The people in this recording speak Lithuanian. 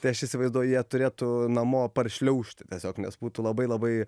tai aš įsivaizduoju jie turėtų namo paršliaužti tiesiog nes būtų labai labai